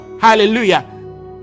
Hallelujah